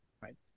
right